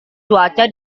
cuaca